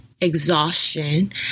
exhaustion